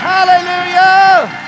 Hallelujah